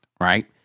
right